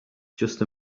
just